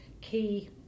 key